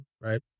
Right